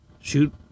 Shoot